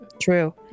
True